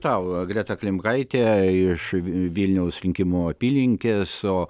tau greta klimkaite iš vilniaus rinkimų apylinkės o